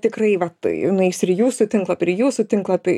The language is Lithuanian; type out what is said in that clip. tikrai vat nueis ir jūsų į tinklapį iį į jūsų tinklapį